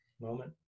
moment